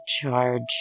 charge